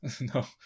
No